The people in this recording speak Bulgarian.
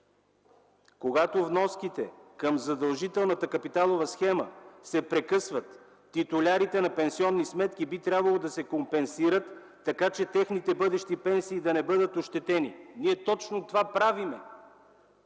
„Когато вноските към задължителната капиталова схема се прекъсват, титулярите на пенсионни сметки би трябвало да се компенсират, така че техните бъдещи пенсии да не бъдат ощетени.” Ние точно това правим